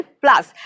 Plus